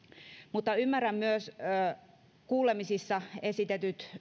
mutta ymmärrän myös kuulemisissa esitetyt